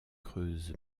creuse